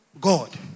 God